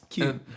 Cute